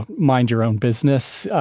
mind your own business.